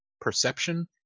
perception